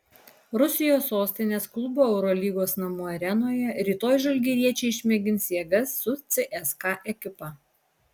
rusijos sostinės klubo eurolygos namų arenoje rytoj žalgiriečiai išmėgins jėgas su cska ekipa